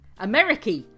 America